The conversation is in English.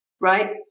right